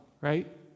right